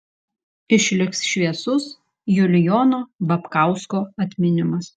išliks šviesus julijono babkausko atminimas